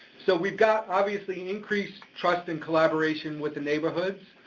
so we've got obviously an increased trust and collaboration with the neighborhoods.